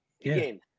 again